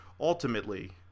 Ultimately